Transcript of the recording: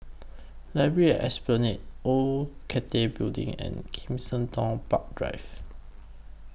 Library At Esplanade Old Cathay Building and Kensington Park Drive